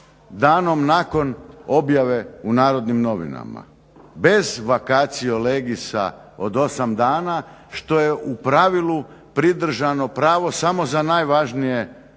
danom nakon objave u Narodnim novinama. Bez vacatio legisa od 8 dana što je u pravilu pridržano pravo samo za najvažnije dokumente